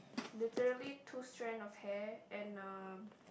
literally two strand of hair and uh